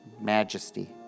majesty